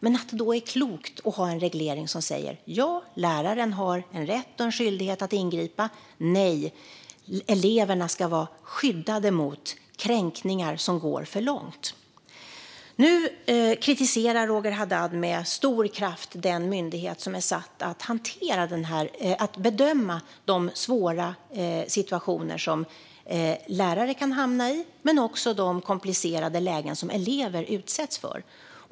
Då är det klokt att ha en reglering som säger att läraren har en rätt och en skyldighet att ingripa men att eleverna ska vara skyddade mot kränkningar som går för långt. Nu kritiserar Roger Haddad med stor kraft den myndighet som är satt att bedöma de svåra situationer som lärare kan hamna i men också de komplicerade lägen som elever utsätts för.